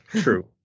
True